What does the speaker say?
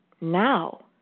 now